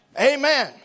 Amen